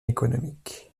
économique